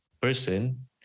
person